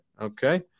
Okay